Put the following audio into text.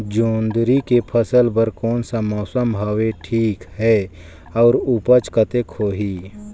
जोंदरी के फसल बर कोन सा मौसम हवे ठीक हे अउर ऊपज कतेक होही?